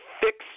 Fix